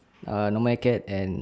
ah normal acad and